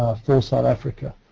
for south africa.